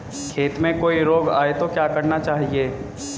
खेत में कोई रोग आये तो क्या करना चाहिए?